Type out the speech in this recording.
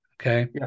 okay